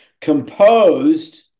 Composed